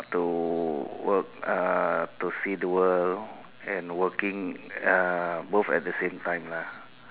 to work uh to see the world and working uh both at the same time lah